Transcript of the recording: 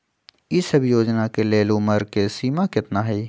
ई सब योजना के लेल उमर के सीमा केतना हई?